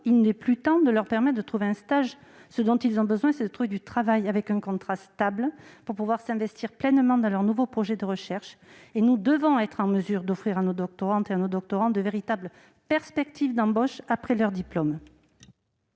il n'est plus temps de leur permettre de trouver un stage. Ce dont ils ont besoin, c'est de trouver un travail, à travers un contrat stable, pour pouvoir s'investir pleinement dans leur nouveau projet de recherche. Nous devons être en mesure d'offrir à nos doctorantes et à nos doctorants de véritables perspectives d'embauche après leur diplôme.